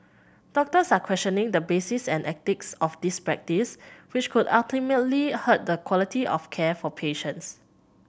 doctors are questioning the basis and ethics of this practice which could ultimately hurt the quality of care for patients